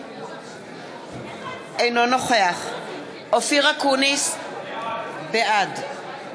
אינו נוכח אופיר אקוניס, בעד